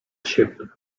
siebie